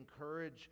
encourage